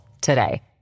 today